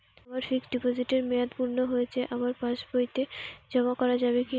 আমার ফিক্সট ডিপোজিটের মেয়াদ পূর্ণ হয়েছে আমার পাস বইতে জমা করা যাবে কি?